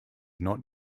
not